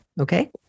okay